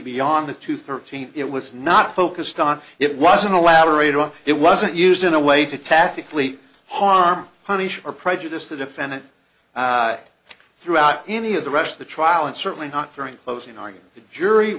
beyond the two thirteen it was not focused on it was an elaborate on it wasn't used in a way to tactically harm punish or prejudice the defendant throughout any of the rest of the trial and certainly not during closing